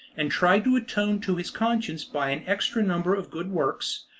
and tried to atone to his conscience by an extra number of good works,